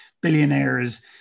billionaires